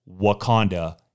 Wakanda